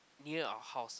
near our house